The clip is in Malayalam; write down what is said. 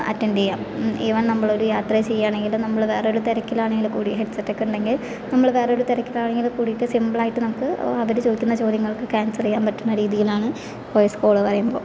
അറ്റൻറ് ചെയ്യാം ഈവൺ നമ്മളൊരു യാത്ര ചെയ്യുകയാണെങ്കിലും നമ്മൾ വേറൊരു തിരക്കിൽ ആണെങ്കിൽക്കൂടി ഹെഡ് സെറ്റ് ഒക്കെ ഉണ്ടെങ്കിൽ നമ്മൾ വേറെ ഒരു തിരക്കിൽ ആണെങ്കിൽ കൂടിയിട്ട് സിംപിളായിട്ട് നമുക്ക് അവര് ചോദിക്കുന്ന ചോദ്യങ്ങൾക്കൊക്കെ ഏൻസർ ചെയ്യാൻ പറ്റുന്ന രീതിയിലാണ് വോയിസ് കോൾ പറയുമ്പോൾ